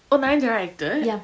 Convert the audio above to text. oh nayanthara acted